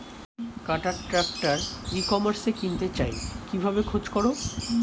কাটার tractor ই কমার্সে কিনতে চাই কিভাবে খোঁজ করো?